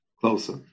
closer